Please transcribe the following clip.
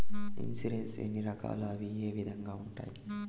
insurance ఎన్ని రకాలు అవి ఏ విధంగా ఉండాయి